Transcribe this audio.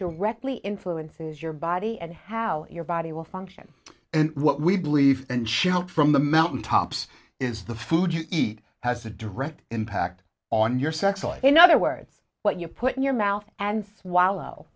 directly influences your body and how your body will function and what we believe and she help from the mountaintops is the food you eat has a direct impact on your sex life in other words what you put in your mouth and swallow